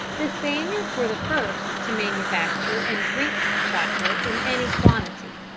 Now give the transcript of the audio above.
the spaniards were the first to manufacture and drink chocolate in any quantity.